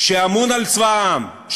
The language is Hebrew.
שאמון על צבא העם,